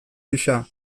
gisa